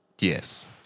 Yes